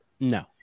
No